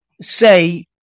say